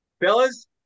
fellas